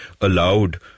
allowed